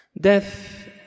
Death